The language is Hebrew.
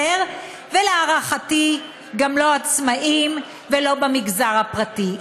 ולהערכתי גם לא עצמאים ולא במגזר הפרטי.